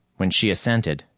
when she assented,